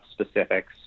specifics